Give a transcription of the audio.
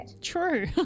True